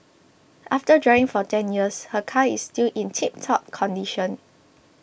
after driving for ten years her car is still in tiptop condition